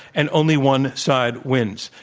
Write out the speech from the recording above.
and only one side wins.